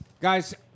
Guys